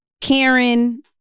karen